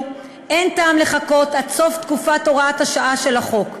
אין טעם לחכות עד סוף תקופת הוראת השעה של החוק.